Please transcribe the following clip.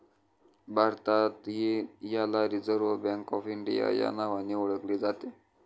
भारतातही याला reserve bank of India या नावाने ओळखले जाते